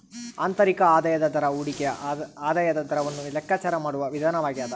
ಆಂತರಿಕ ಆದಾಯದ ದರ ಹೂಡಿಕೆಯ ಆದಾಯದ ದರವನ್ನು ಲೆಕ್ಕಾಚಾರ ಮಾಡುವ ವಿಧಾನವಾಗ್ಯದ